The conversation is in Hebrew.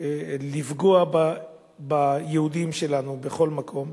לפגוע ביהודים שלנו בכל מקום.